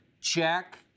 Check